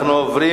אנחנו עוברים